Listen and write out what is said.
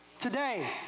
Today